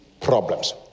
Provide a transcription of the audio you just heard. problems